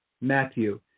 Matthew